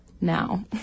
now